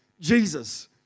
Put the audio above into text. Jesus